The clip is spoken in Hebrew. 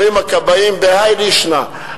אומרים הכבאים בהאי לישנא: